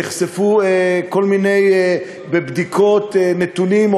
נחשפו בבדיקות כל מיני נתונים,